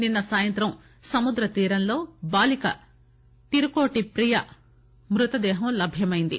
నిన్న సాయంత్రం సముద్ర తీరంలో బాలీక తిరుకోటి ప్రియ మృతదేహం లభ్యమైంది